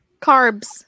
Carbs